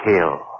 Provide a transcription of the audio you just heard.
Kill